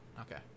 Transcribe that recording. Okay